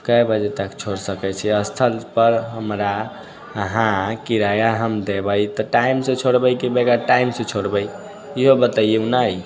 कए बजे तक छोड़ि सकैत छियै स्थल पर हमरा अहाँ किराआ हम देबै तऽ टाइम से छोड़बै कि वगैर टाइम से छोड़बै इहो बतैऔ ने